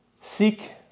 seek